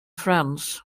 france